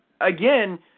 again